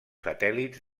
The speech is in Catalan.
satèl·lits